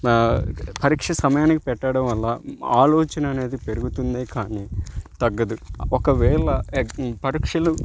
పరీక్ష సమయానికి పెట్టడం వల్ల ఆలోచన అనేది పెరుగుతుందే కానీ తగ్గదు ఒకవేళ పరీక్షలు